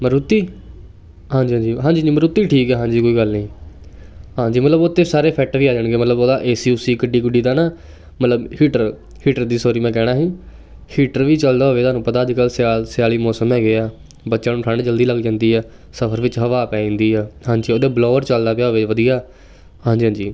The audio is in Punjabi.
ਮਰੂਤੀ ਹਾਂਜੀ ਹਾਂਜੀ ਹਾਂਜੀ ਮਰੂਤੀ ਠੀਕ ਹੈ ਹਾਂਜੀ ਕੋਈ ਗੱਲ ਨਹੀਂ ਹਾਂਜੀ ਮਤਲਬ ਉੱਥੇ ਸਾਰੇ ਫਿੱਟ ਵੀ ਆ ਜਾਣਗੇ ਮਤਲਬ ਉਹਦਾ ਏ ਸੀ ਉਸੀ ਗੱਡੀ ਗੁੱਡੀ ਦਾ ਨਾ ਮਤਲਬ ਹੀਟਰ ਹੀਟਰ ਦੀ ਸੋਰੀ ਮੈਂ ਕਹਿਣਾ ਸੀ ਹੀਟਰ ਵੀ ਚੱਲਦਾ ਹੋਵੇਗਾ ਤੁਹਾਨੂੰ ਪਤਾ ਅੱਜ ਕੱਲ੍ਹ ਸਿਆਲ ਸਿਆਲੀ ਮੌਸਮ ਹੈਗੇ ਆ ਬੱਚਿਆਂ ਨੂੰ ਠੰਡ ਜਲਦੀ ਲੱਗ ਜਾਂਦੀ ਆ ਸਫ਼ਰ ਵਿੱਚ ਹਵਾ ਪੈ ਜਾਂਦੀ ਆ ਹਾਂਜੀ ਉਹਦੇ ਬਲੋਅਰ ਚੱਲਦਾ ਪਿਆ ਹੋਵੇ ਵਧੀਆ ਹਾਂਜੀ ਹਾਂਜੀ